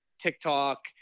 TikTok